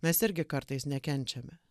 mes irgi kartais nekenčiame